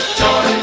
joy